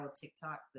TikTok